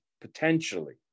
potentially